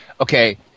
Okay